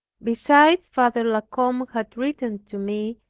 besides, father la combe had written to me,